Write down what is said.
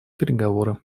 переговоры